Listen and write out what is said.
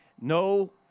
no